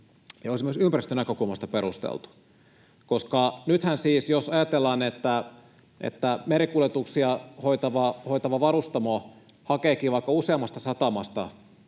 ja olisi myös ympäristönäkökulmasta perusteltu. Nythän siis, jos ajatellaan, että merikuljetuksia hoitava varustamo hakeekin vaikka useammasta satamasta